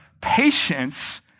patience